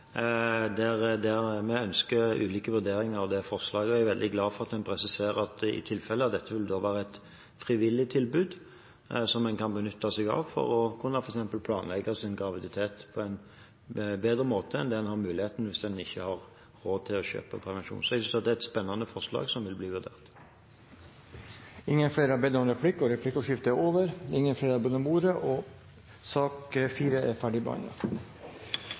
der vi ønsker ulike vurderinger av forslaget. Jeg er veldig glad for at en presiserer at dette i tilfelle vil være et frivillig tilbud, som en kan benytte seg av for f.eks. å kunne planlegge sin graviditet på en bedre måte enn det en har muligheten til hvis en ikke har råd til å kjøpe prevensjon. Så jeg synes at det er et spennende forslag, som vil bli vurdert. Replikkordskiftet er omme. Flere har ikke bedt om ordet til sak nr. 4. Etter ønske fra helse- og